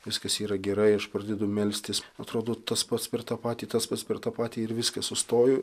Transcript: viskas yra gerai aš pradedu melstis atrodo tas pats per tą patį tas pats per tą patį ir viskas sustoju